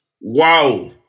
Wow